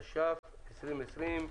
התש"ף-2020,